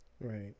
Right